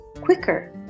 quicker